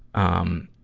um,